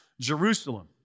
Jerusalem